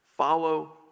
Follow